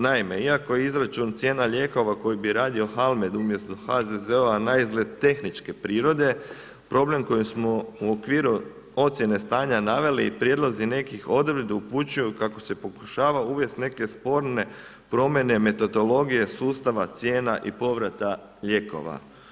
Naime, iako je izračun cijena lijekova koji bi radio Halmed umjesto HHZO-a naizgled tehničke prirode, problem kojem smo u okviru ocjene stanja naveli i prijedlozi nekih odredbi upućuju kako se pokušava uvesti neke sporne promjene, metodologije cijena i povrata lijekova.